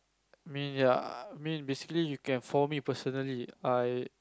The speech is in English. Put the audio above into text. I mean ya I mean basically you can for me personally I